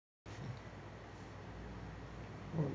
one